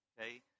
okay